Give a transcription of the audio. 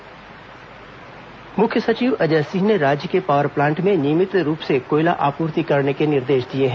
मुख्य सचिव समीक्षा मुख्य सचिव अजय सिंह ने राज्य के पावर प्लांट में नियमित कोयला आपूर्ति करने के निर्देश दिए हैं